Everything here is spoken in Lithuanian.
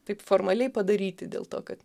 taip formaliai padaryti dėl to kad